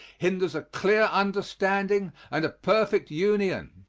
hinders a clear understanding and a perfect union.